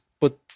put